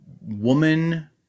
woman